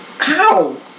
Ow